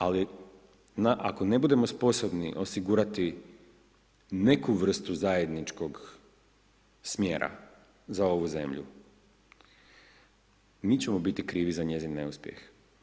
Ali, ako ne budemo sposobni osigurati neku vrstu zajedničkog smjera za ovu zemlju, mi ćemo biti krivi za neuspjeh.